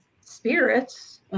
spirits